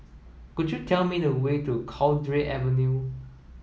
could you tell me the way to Cowdray Avenue